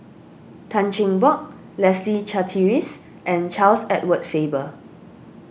Tan Cheng Bock Leslie Charteris and Charles Edward Faber